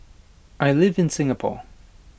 I live in Singapore